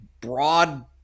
broad